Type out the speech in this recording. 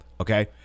Okay